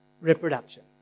reproduction